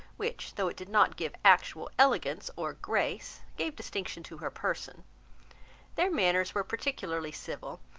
which though it did not give actual elegance or grace, gave distinction to her person their manners were particularly civil,